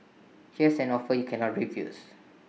here's an offer you cannot refuse